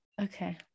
okay